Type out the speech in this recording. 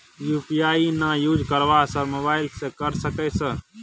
UPI ना use करवाएं sir mobile से कर सके सर?